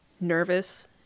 nervous